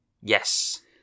Yes